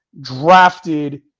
drafted